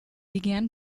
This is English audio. began